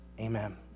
Amen